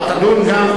אה, תדון גם?